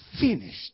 finished